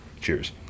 Cheers